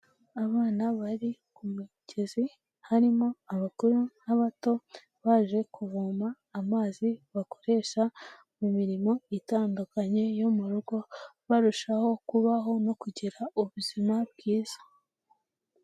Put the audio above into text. Abana bari ku mugezi, harimo abakuru n'abato, baje kuvoma amazi bakoresha mu mirimo itandukanye yo mu rugo, barushaho kubaho no kugira ubuzima bwiza.